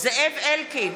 זאב אלקין,